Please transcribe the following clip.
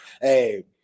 hey